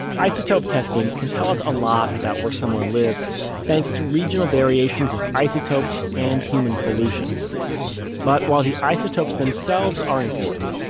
isotope testing can tell us a lot about where someone lived thanks to regional variations of isotopes and human pollution but while the isotopes themselves are important,